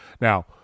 Now